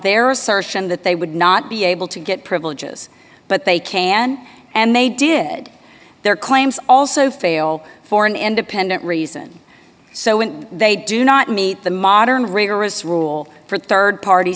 their assertion that they would not be able to get privileges but they can and they did their claims also fail for an independent reason so when they do not meet the modern rigorous rule for rd party